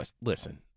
listen –